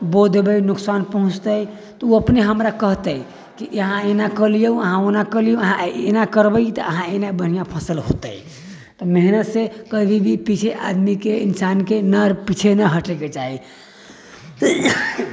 बो देबै नुकसान पहुँचतै तऽ ओ अपने हमरा कहतै कि अहाँ एना कऽ लिऔ अहाँ ओना कऽ लिऔ अहाँ आइ एना करबै तऽ अहाँ एना बढ़िआँ फसल होतै तऽ मेहनत से कभी भी पीछे आदमीके इन्सानके ने पीछे नहि हटैके चाही